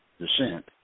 descent